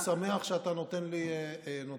אני שמח שאתה נותן לי ציונים.